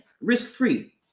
risk-free